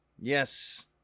Yes